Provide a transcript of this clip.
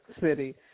city